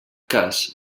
cas